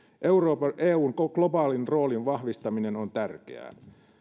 eun globaalin roolin vahvistaminen on tärkeää